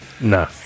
No